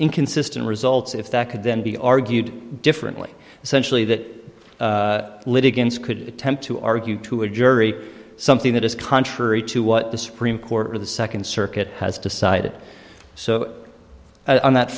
inconsistent results if that could then be argued differently essentially that litigants could attempt to argue to a jury something that is contrary to what the supreme court of the second circuit has decided so that on that